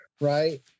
right